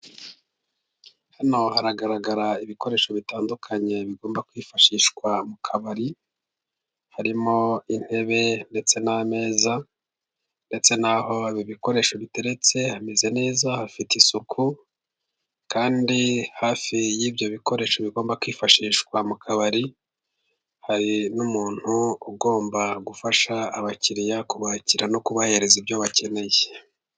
Hano haragaragara ibikoresho bitandukanye, bigomba kwifashishwa mu kabari harimo:intebe ndetse n'ameza ndetse n'aho ibi bikoresho biteretse hamezeze neza, hafite isuku kandi hafi y'ibyo bikoresho bigomba kwifashishwa mu kabari, hari n'umuntu ugomba gufasha abakiriya kubakira no kubahereza ibyo bakeneye.